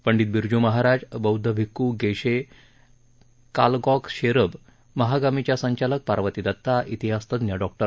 पंधित बिरजू महाराज बौध्द भिक्खू गेशे कालसॉग शेखब महागामीच्या संचालक पार्वती दत्ता श्तिहासतज्ज्ञ श्ति